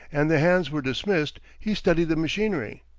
and the hands were dismissed, he studied the machinery,